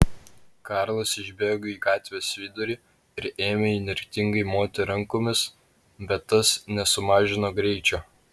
karlas išbėgo į gatvės vidurį ir ėmė įnirtingai moti rankomis bet tas nesumažino greičio